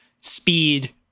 speed